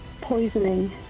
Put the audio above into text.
Poisoning